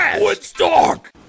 Woodstock